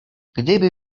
gdyby